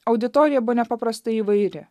auditorija buvo nepaprastai įvairi